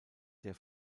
der